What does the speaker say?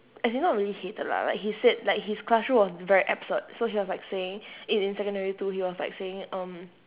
as in not really hated lah like he said like his classroom was very absurd so he was like saying in in secondary two he was like saying um